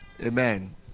Amen